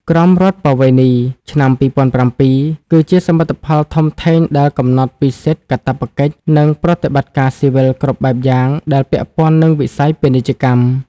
ក្រមរដ្ឋប្បវេណីឆ្នាំ ២០០៧ គឺជាសមិទ្ធផលធំធេងដែលកំណត់ពីសិទ្ធិ កាតព្វកិច្ច និងប្រតិបត្តិការស៊ីវិលគ្រប់បែបយ៉ាងដែលពាក់ព័ន្ធនឹងវិស័យពាណិជ្ជកម្ម។